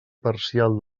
parcial